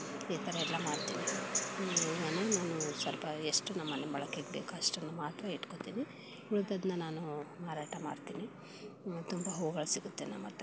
ಈ ಥರ ಎಲ್ಲ ಮಾಡ್ತೀವಿ ಮನೆಯಲ್ಲಿ ನಾನು ಸ್ವಲ್ಪ ಎಷ್ಟು ನಮ್ಮನೆ ಬಳಕೆಗೆ ಬೇಕು ಅಷ್ಟನ್ನು ಮಾತ್ರ ಎತ್ಕೊಳ್ತೀವಿ ಉಳಿದದ್ದನ್ನು ನಾನು ಮಾರಾಟ ಮಾಡ್ತೀನಿ ತುಂಬ ಹೂವುಗಳು ಸಿಗುತ್ತೆ ನಮ್ಮ ಹತ್ರ